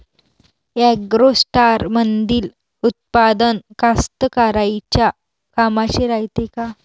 ॲग्रोस्टारमंदील उत्पादन कास्तकाराइच्या कामाचे रायते का?